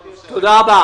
תודה.